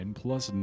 plus